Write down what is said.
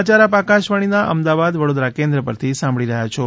આ સમાચાર આપ આકાશવાણીના અમદાવાદ વડોદરા કેન્દ્ર પરથી સાંભળી રહ્યા છો